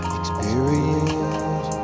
experience